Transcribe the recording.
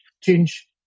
change